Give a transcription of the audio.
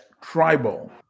tribal